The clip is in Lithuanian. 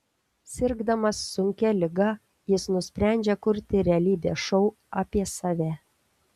sirgdamas sunkia liga jis nusprendžia kurti realybės šou apie save